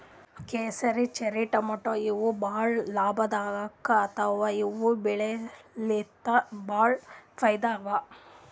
ಕೇಸರಿ, ಚೆರ್ರಿ ಟಮಾಟ್ಯಾ ಇವ್ ಭಾಳ್ ಲಾಭದಾಯಿಕ್ ಅಥವಾ ಇವ್ ಬೆಳಿಲಿನ್ತ್ ಭಾಳ್ ಫೈದಾ ಅದಾ